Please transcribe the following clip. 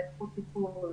על איכות טיפול,